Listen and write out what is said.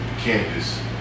canvas